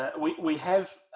ah we we have